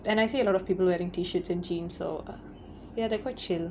and I see a lot of people wearing T-shirts and jeans so ya they're quite chill